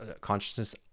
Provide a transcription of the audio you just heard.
consciousness